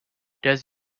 does